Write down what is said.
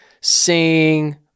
sing